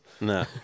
No